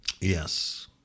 Yes